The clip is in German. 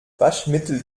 waschmittel